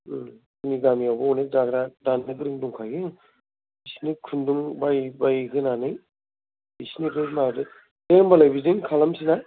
जोंनि गामियावबो अनेक दाग्रा दानो गोरों दंखायो बिसोरनो खुन्दुं बायै बायै होनानै बिसोरनिफ्राय माबादो दे होमबालाय बिदिनो खालामनोसै ना